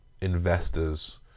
investors